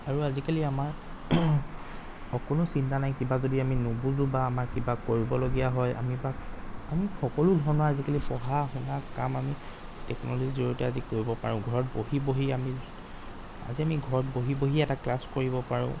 আৰু আজিকালি আমাৰ অকনো চিন্তা নাই কিবা যদি আমি নুবুজোঁ বা আমাৰ কিবা কৰিবলগীয়া হয় আমি তাক আমি সকলো ধৰণৰ আজিকালি পঢ়া শুনা কাম আমি টেকনলজিৰ জৰিয়তে আজি কৰিব পাৰোঁ ঘৰত বহি বহি আমি আজি আমি ঘৰত বহি বহিয়ে এটা ক্লাছ কৰিব পাৰোঁ